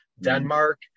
Denmark